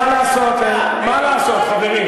מה לעשות, חברים.